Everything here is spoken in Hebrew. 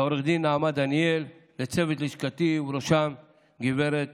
לעו"ד נעמה דניאל, לצוות לשכתי, ובראשם גברת